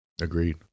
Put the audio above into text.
Agreed